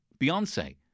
Beyonce